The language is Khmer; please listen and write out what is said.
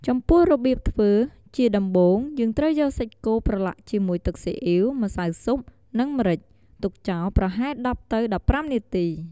ចំពោះរបៀបធ្វើ ជាដំបូងយើងត្រូវយកសាច់គោប្រឡាក់ជាមួយទឹកស៊ីអ៊ីវ ម្សៅស៊ុប និងម្រេច ទុកចោលប្រហែល ១០ ទៅ ១៥ នាទី។